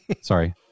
sorry